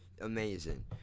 amazing